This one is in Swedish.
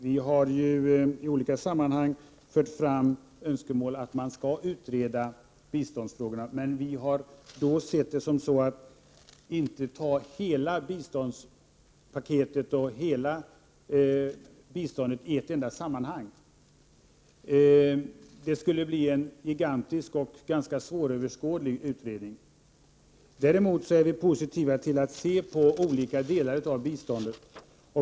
Vi har i olika sammanhang fört fram önskemålet om att man skall utreda biståndsfrågan, men vi har då inte velat ta hela biståndspaketet i ett enda sammanhang. Det skulle bli en gigantisk och ganska svåröverskådlig utredning. Däremot är vi positiva till att se på olika delar av biståndet.